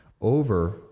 over